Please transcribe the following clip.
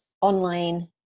online